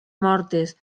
mortes